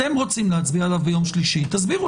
אתם רוצים להצביע עליו ביום שלישי אז תסבירו